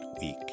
week